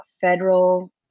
federal